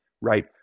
right